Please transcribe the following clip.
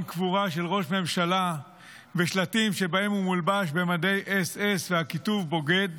קבורה של ראש ממשלה ושלטים שבהם הוא מולבש במדי אס-אס והכיתוב "בוגד"?